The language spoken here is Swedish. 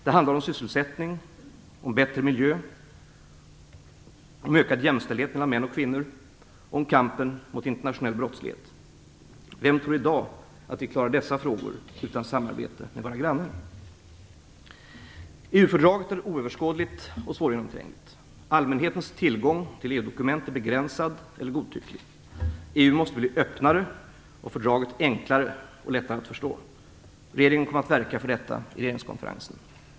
Det handlar om sysselsättning, om bättre miljö, om ökad jämställdhet mellan män och kvinnor och om kampen mot internationell brottslighet. Vem tror i dag att vi klarar dessa frågor utan samarbete med våra grannar? EU-fördraget är oöverskådligt och svårgenomträngligt. Allmänhetens tillgång till EU-dokument är begränsad eller godtycklig. EU måste bli öppnare och fördraget enklare och lättare att förstå. Regeringen kommer att verka för detta i regeringskonferensen.